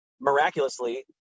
miraculously